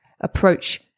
approach